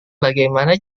bagaimana